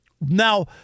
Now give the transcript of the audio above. Now